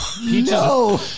No